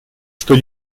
что